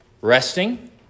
resting